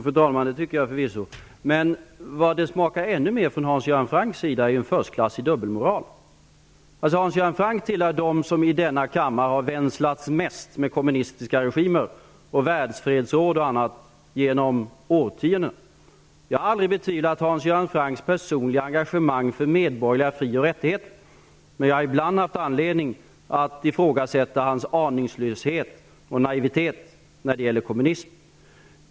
Fru talman! Det tycker jag förvisso. Men det smakar ännu mer förstklassig dubbelmoral från Hans Göran Francks sida. Hans Göran Franck tillhör dem i denna kammare som har vänslats mest med kommunistiska regimer och världsfredsråd och annat genom årtionden. Jag har aldrig betvivlat Hans Göran Francks personliga engagemang för medborgerliga fri och rättigheter, men jag har ibland haft anledning att ifrågasätta hans aningslöshet och naivitet när det gäller kommunismen.